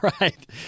right